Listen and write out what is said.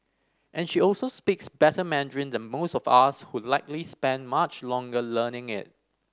and she also speaks better Mandarin than most of us who likely spent much longer learning it